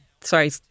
Sorry